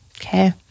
Okay